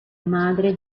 madre